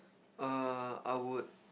uh I would